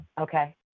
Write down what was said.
Okay